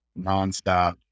nonstop